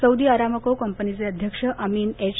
Saudi Aramco कंपनीचे अध्यक्ष Amin H